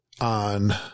on